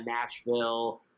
Nashville